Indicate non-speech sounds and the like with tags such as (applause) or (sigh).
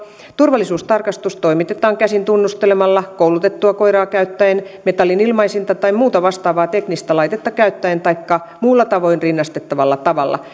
turvallisuustarkastus toimitetaan käsin tunnustelemalla koulutettua koiraa käyttäen metallinilmaisinta tai muuta vastaavaa teknistä laitetta käyttäen taikka muulla niihin rinnastettavalla tavalla (unintelligible)